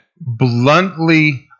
bluntly